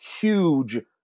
huge